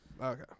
Okay